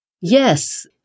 Yes